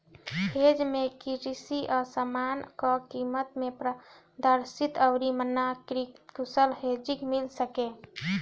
hedge में कृषि कअ समान कअ कीमत में पारदर्शिता अउरी मानकीकृत कुशल हेजिंग मिल सके